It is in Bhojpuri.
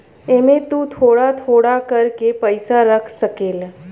एमे तु थोड़ा थोड़ा कर के पईसा रख सकेल